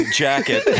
jacket